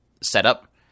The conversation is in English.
setup